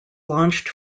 launched